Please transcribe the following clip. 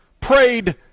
prayed